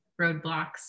roadblocks